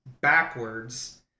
backwards